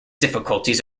difficulties